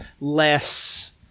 less